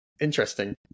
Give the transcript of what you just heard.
Interesting